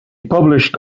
published